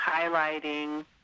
highlighting